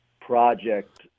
project